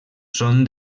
són